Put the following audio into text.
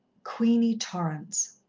queenie torrance.